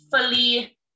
fully